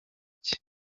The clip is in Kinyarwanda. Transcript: cye